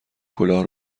کلاه